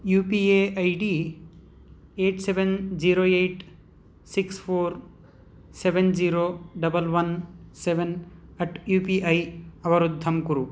you P A I D eight seven zero eight six four seven zero double one seven eight U P I अवरुद्धं कुरु